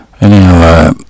Anyhow